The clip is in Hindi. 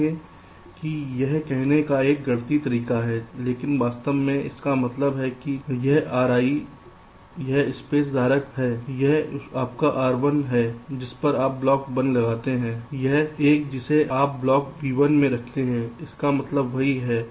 देखें कि यह कहने का एक गणितीय तरीका है लेकिन वास्तव में इसका मतलब है कि यह Ri यह स्पेस धारक है यह आपका R1 है जिस पर आप ब्लॉक 1 लगाते हैं एक जिसे आप ब्लॉक बी 1 में रखते हैं इसका मतलब वही है